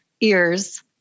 ears